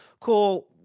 cool